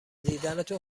دیدنتون